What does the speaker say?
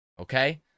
okay